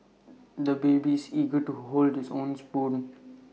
the baby is eager to hold his own spoon